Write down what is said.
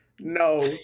No